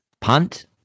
Punt